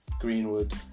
Greenwood